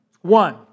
One